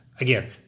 Again